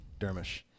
Dermish